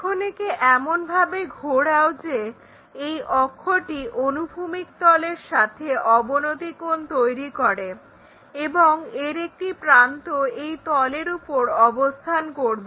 এখন একে এমনভাবে ঘোরাও যে এই অক্ষটি অনুভূমিক তলের সাথে অবনতি কোণ তৈরি করে এবং এর একটি প্রান্ত এই তলের উপর অবস্থান করবে